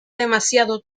demasiado